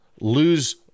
lose